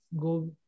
go